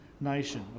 nation